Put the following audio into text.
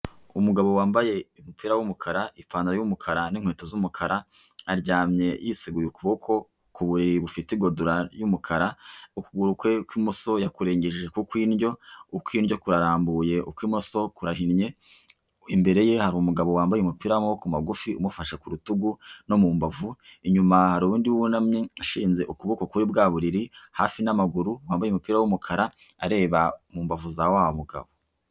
Umugabo wambaye umupira w'umukara, ipantaro y'umukara n'inkweto z'umukara, aryamye yiseguye ukuboko ku buriri bufite igodora y'umukara, ukuguru kwe kw'imoso yakurengeje ku kw'indyo ukw'indyo kurambuye ukw'imoso kurahinnye, imbere ye hari umugabo wambaye umupira w'maboko magufi umufashe ku rutugu no mu mbavu, inyuma hari undi wunamye ashinze ukuboko kuri bwa buri hafi n'amaguru wambaye umupira w'umukara areba mu mbavu za wa mugabo.